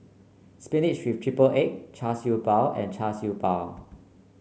spinach with triple egg Char Siew Bao and Char Siew Bao